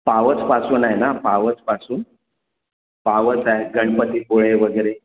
पावसपासून आहे ना पावसपासून पावस आहे गणपती पुळे वगैरे